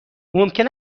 ممکن